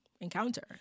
encounter